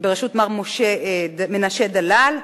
בראשות מר מנשה דלל.